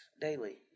daily